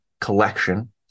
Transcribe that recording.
collection